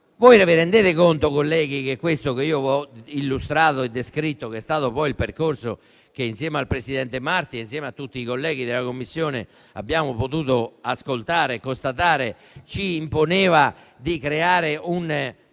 Vi rendete conto, colleghi, che quanto ho illustrato e descritto (e che è stato il percorso che, insieme al presidente Marti e a tutti i colleghi della Commissione abbiamo potuto ascoltare e constatare) ci imponeva di elaborare un